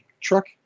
truck